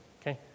okay